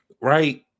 right